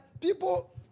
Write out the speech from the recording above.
people